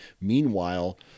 Meanwhile